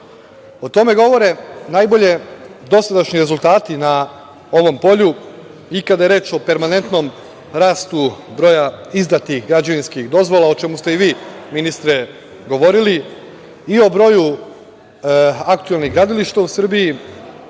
tome govore najbolje dosadašnji rezultati na ovom polju i kada je reč o permanentnom rastu broja izdatih građevinskih dozvola, o čemu ste i vi, ministre govorili i o broju aktuelnih gradilišta u Srbiji,